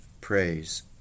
praise